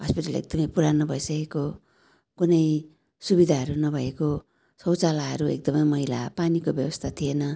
hospital एकदमै पुरानो भइसकेको कुनै सुविधाहरू नभएको शौचालयहरू एकदमै मैला पानीको व्यवस्था थिएन